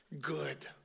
good